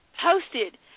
posted